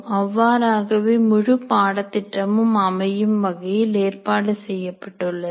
அவ்வாறாகவே முழு பாடத்திட்டமும் அமையும் வகையில் ஏற்பாடு செய்யப்பட்டுள்ளது